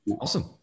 Awesome